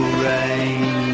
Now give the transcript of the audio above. rain